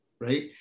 right